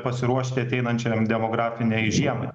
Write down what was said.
pasiruošti ateinančiam demografinei žiemai